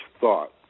thought